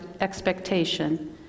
expectation